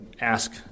ask